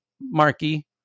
Marky